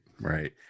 right